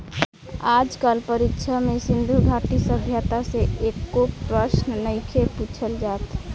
आज कल परीक्षा में सिन्धु घाटी सभ्यता से एको प्रशन नइखे पुछल जात